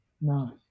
No